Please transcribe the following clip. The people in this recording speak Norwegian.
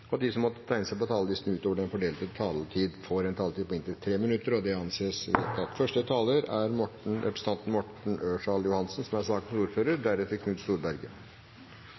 og at de som måtte tegne seg på talerlisten utover den fordelte taletid, får en taletid på inntil 3 minutter. – Det anses vedtatt. Stine Renate Håheim får ordet på vegne av sakens ordfører, som er